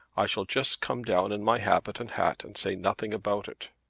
i shall just come down in my habit and hat and say nothing about it.